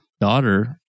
daughter